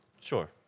Sure